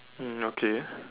hmm okay